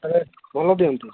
ଭଲ ଦିଅନ୍ତି